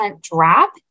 drop